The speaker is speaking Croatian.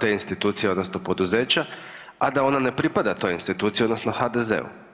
te institucije odnosno poduzeća, a da ona ne pripada toj instituciji odnosno HDZ-u.